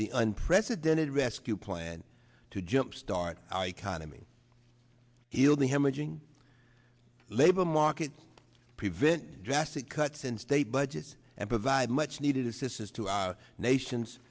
the unprecedented rescue plan to jumpstart our economy heal the hemorrhaging labor market prevent drastic cuts in state budgets and provide much needed assistance to our nation